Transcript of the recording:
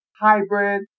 hybrid